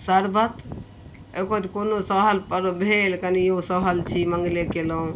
शरबत एगो तऽ कोनो सहल पर्व भेल कनिओ सहल छी मंगले केलहुँ